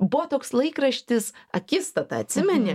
buvo toks laikraštis akistata atsimeni